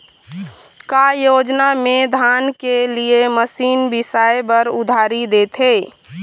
का योजना मे धान के लिए मशीन बिसाए बर उधारी देथे?